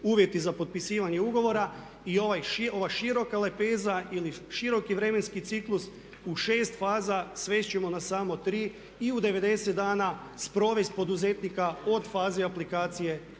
uvjeti za potpisivanje ugovora i ova široka lepeza ili široki vremenski ciklus u 6 faza svest ćemo na samo 3 i u 90 dana sprovesti poduzetnika od faze aplikacije